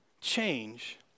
change